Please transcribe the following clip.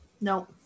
no